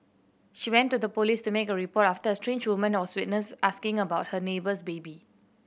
she went to the police to make a report after a strange woman was witnessed asking about her neighbour's baby